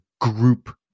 group